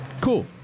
cool